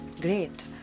Great